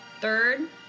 Third